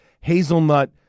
hazelnut